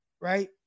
right